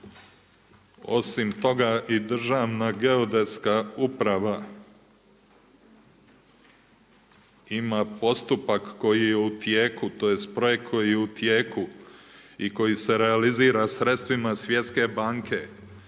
Osim, toga i Državna geodetska uprava ima postupak koji je u tijek, tj. projekt koji je u tijeku i koji se realizira sredstvima Svjetske banke,